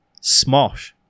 Smosh